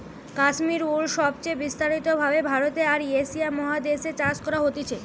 কাশ্মীর উল সবচে বিস্তারিত ভাবে ভারতে আর এশিয়া মহাদেশ এ চাষ করা হতিছে